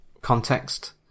context